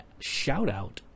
shoutout